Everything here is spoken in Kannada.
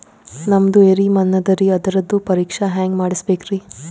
ನಮ್ದು ಎರಿ ಮಣ್ಣದರಿ, ಅದರದು ಪರೀಕ್ಷಾ ಹ್ಯಾಂಗ್ ಮಾಡಿಸ್ಬೇಕ್ರಿ?